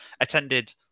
attended